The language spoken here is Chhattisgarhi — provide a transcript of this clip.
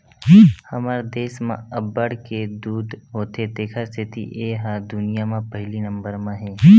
हमर देस म अब्बड़ के दूद होथे तेखर सेती ए ह दुनिया म पहिली नंबर म हे